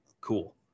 cool